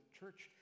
church